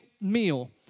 meal